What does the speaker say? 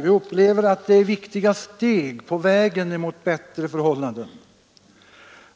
Vi upplever att det är viktiga steg på vägen mot bättre förhållanden,